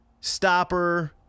stopper